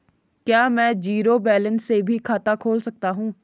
क्या में zero balance से भी खाता खोल सकता हूँ?